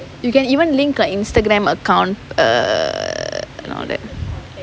you can even link like Instagram account uh and all that